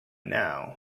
now